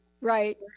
Right